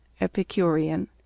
Epicurean